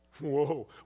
Whoa